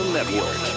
Network